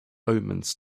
omens